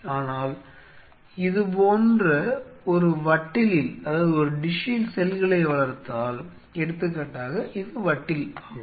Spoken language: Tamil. ஆனால் இதுபோன்ற ஒரு வட்டிலில் செல்களை வளர்த்தால் எடுத்துக்காட்டாக இது வட்டில் ஆகும்